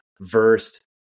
versed